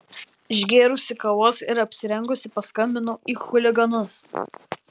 išgėrusi kavos ir apsirengusi paskambinau į chuliganus